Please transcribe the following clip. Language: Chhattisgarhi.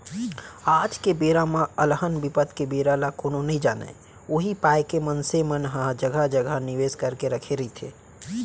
आज के बेरा म अलहन बिपत के बेरा ल कोनो नइ जानय उही पाय के मनसे मन ह जघा जघा निवेस करके रखे रहिथे